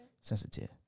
sensitive